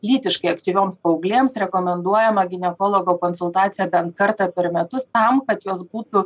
lytiškai aktyvioms paauglėms rekomenduojama ginekologo konsultacija bent kartą per metus tam kad jos būtų